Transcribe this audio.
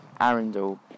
Arundel